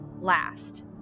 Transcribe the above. last